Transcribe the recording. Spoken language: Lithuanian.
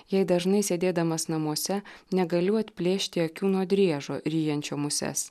jei dažnai sėdėdamas namuose negaliu atplėšti akių nuo driežo ryjančio muses